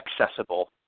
accessible